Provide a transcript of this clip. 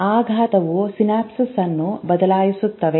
ಆಘಾತವು synapses ಅನ್ನು ಬದಲಾಯಿಸಬಹುದು